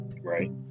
right